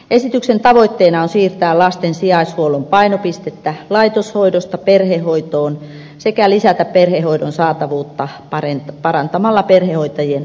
esityksen tavoitteena on siirtää lasten sijaishuollon painopistettä laitoshoidosta perhehoitoon sekä lisätä perhehoidon saatavuutta parantamalla perhehoitajien asemaa